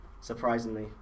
surprisingly